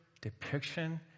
depiction